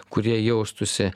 kur jie jaustųsi